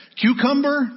Cucumber